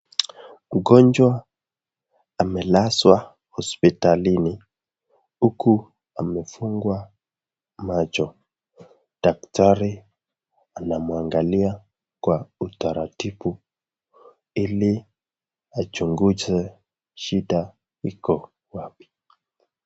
Mgonjwa amelazwa hospitalini huku amefungwa macho, daktari anamwangalia kwa utaratibu ili achunguze shida iko wapi?